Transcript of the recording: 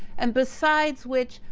and besides which,